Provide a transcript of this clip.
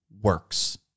works